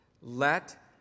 let